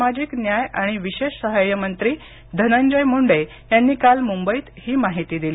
सामाजिक न्याय आणि विशेष साहाय्यमंत्री धनंजय मुंडे यांनी काल मुंबईत ही माहिती दिली